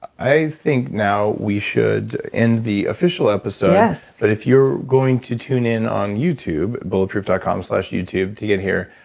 i think now we should end the official episode yes but, if you're going to tune in on youtube, bulletproof dot com slash youtube to get here,